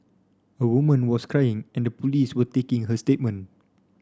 a woman was crying and the police were taking her statement